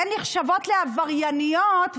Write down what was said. הן נחשבות לעברייניות.